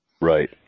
Right